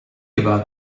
about